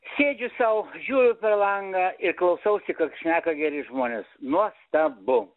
sėdžiu sau žiūriu per langą ir klausausi ką šneka geri žmonės nuostabu